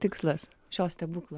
tikslas šiuo stebuklu